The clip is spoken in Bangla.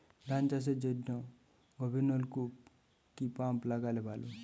ধান চাষের জন্য গভিরনলকুপ কি পাম্প লাগালে ভালো?